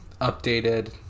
updated